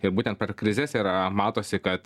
ir būtent per krizes yra matosi kad